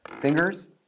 Fingers